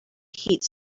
heat